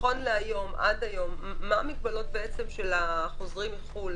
עד היום מה המגבלות של החוזרים מחו"ל?